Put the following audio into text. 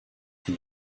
for